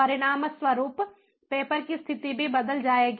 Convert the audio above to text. परिणामस्वरूप सेंसर की स्थिति भी बदल जाएगी